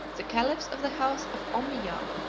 the caliphs of the house of ommiyah